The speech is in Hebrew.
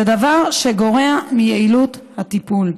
זה דבר שגורע מיעילות הטיפול.